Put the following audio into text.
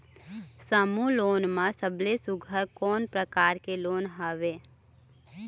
समूह लोन मा सबले सुघ्घर कोन प्रकार के लोन हवेए?